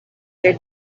their